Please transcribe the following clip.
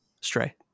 stray